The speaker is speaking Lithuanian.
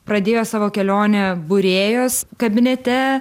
pradėjo savo kelionę būrėjos kabinete